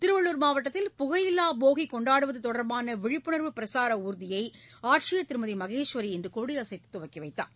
திருவள்ளுர் மாவட்டத்தில் புகையில்லா போகி கொண்டாடுவது தொடர்பான விழிப்புணர்வு பிரச்சார ஊர்தியை ஆட்சியர் திருமதி மகேஸ்வரி இன்று கொடியசைத்து தொடங்கி வைத்தார்